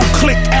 click